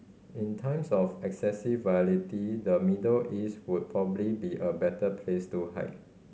in times of excessive volatility the Middle East would probably be a better place to hide